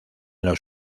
los